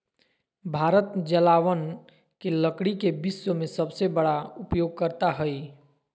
भारत जलावन के लकड़ी के विश्व में सबसे बड़ा उपयोगकर्ता हइ